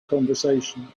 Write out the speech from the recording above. conversation